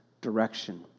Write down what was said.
direction